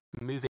moving